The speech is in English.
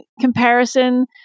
comparison